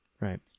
right